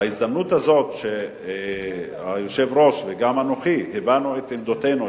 בהזדמנות הזאת שהיושב-ראש וגם אנוכי הבענו את עמדותינו,